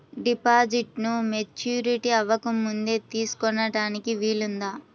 డిపాజిట్ను మెచ్యూరిటీ అవ్వకముందే తీసుకోటానికి వీలుందా?